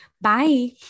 Bye